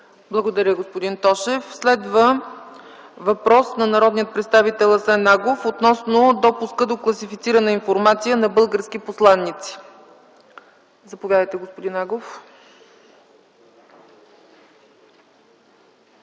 Благодаря, господин Тошев. Следва въпрос от народния представител Асен Агов относно допуска до класифицирана информация на български посланици. Господин Агов,